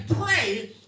pray